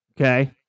Okay